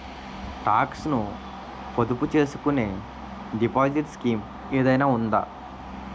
Talks ను పొదుపు చేసుకునే డిపాజిట్ స్కీం ఏదైనా ఉందా?